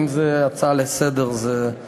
אם זו הצעה לסדר-היום,